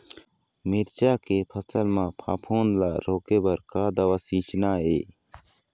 मिरचा के फसल म फफूंद ला रोके बर का दवा सींचना ये?